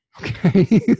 okay